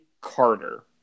Carter